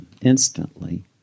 instantly